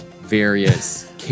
various